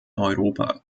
europa